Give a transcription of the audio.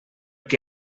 qui